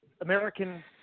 American